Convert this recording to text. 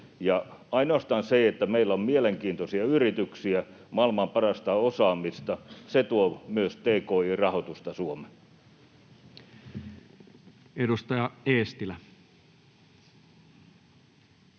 Ainoastaan se, että meillä on mielenkiintoisia yrityksiä, maailman parasta osaamista, tuo myös tki-rahoitusta Suomeen. [Speech